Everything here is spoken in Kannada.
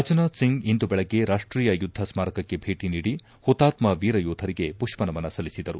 ರಾಜನಾಥ್ ಸಿಂಗ್ ಇಂದು ಬೆಳಗ್ಗೆ ರಾಷ್ಟೀಯ ಯುದ್ಧ ಸ್ಮಾರಕಕ್ಕೆ ಭೇಟಿ ನೀಡಿ ಪುತಾತ್ಮ ವೀರಯೋಧರಿಗೆ ಪುಷ್ಪನಮನ ಸಲ್ಲಿಸಿದರು